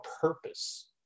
purpose